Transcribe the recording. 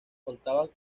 contaban